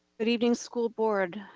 good evening school board.